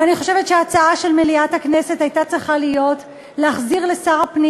ואני חושבת שההצעה של מליאת הכנסת הייתה צריכה להחזיר לשר הפנים